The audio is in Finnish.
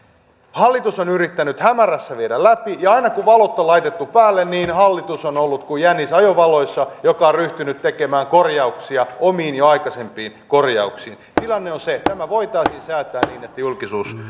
hallitus on yrittänyt hämärässä viedä läpi tätä ja aina kun valot on laitettu päälle niin hallitus on ollut kuin jänis ajovaloissa joka on ryhtynyt tekemään korjauksia omiin jo aikaisempiin korjauksiinsa tilanne on se että tämä voitaisiin säätää niin että julkisuus